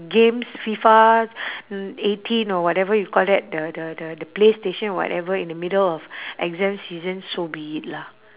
games FIFA eighteen or whatever you call that the the the the playstation whatever in the middle of exam season so be it lah